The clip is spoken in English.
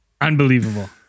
Unbelievable